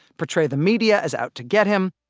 portray the media as out to get him,